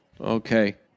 Okay